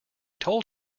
told